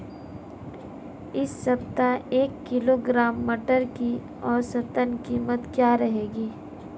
इस सप्ताह एक किलोग्राम मटर की औसतन कीमत क्या रहेगी?